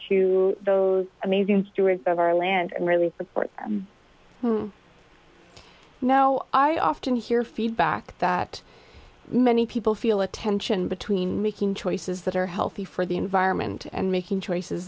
to those amazing stewards of our land and really support i know i often hear feedback that many people feel a tension between making choices that are healthy for the environment and making choices